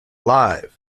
live